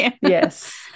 Yes